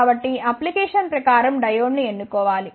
కాబట్టి అప్లికేషన్ ప్రకారం డయోడ్ను ఎన్నుకో వాలి